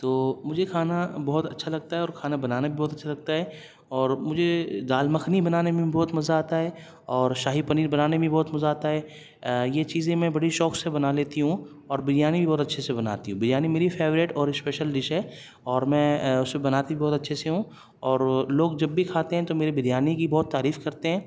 تو مجھے کھانا بہت اچھا لگتا ہے اور کھانا بنانا بھی بہت اچھا لگتا ہے اور مجھے دال مکھنی بنانے میں بہت مزا آتا ہے اور شاہی پنیر بنانے میں بہت مزا آتا ہے یہ چیزیں میں بڑی شوق سے بنا لیتی ہوں اور بریانی بھی بہت اچھے سے بناتی ہوں بریانی میری فیورٹ اور اسپیشل ڈش ہے اور میں اسے بناتی بھی بہت اچھے سے ہوں اور لوگ جب بھی کھاتے ہیں تو میری بریانی کی بہت تعریف کرتے ہیں